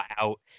out